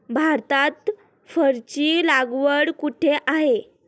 भारतात फरची लागवड कुठे आहे?